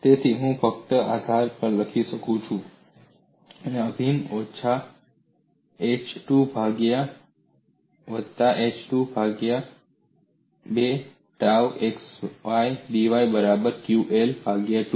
તેથી હું ફક્ત આ ધાર પર લખી શકું છું અભિન્ન ઓછા h 2 ભાગ્યા વત્તા h 2 ભાગ્યા 2 ટાઉ x y dy બરાબર qL ભાગ્યા 2